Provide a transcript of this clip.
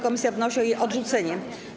Komisja wnosi o jej odrzucenie.